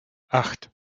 acht